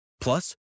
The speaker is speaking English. plus